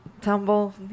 tumble